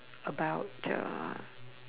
about uh